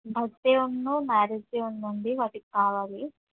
birthday ఉంది marriage day ఉందండి వాటికి కావాలి